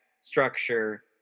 structure